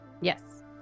Yes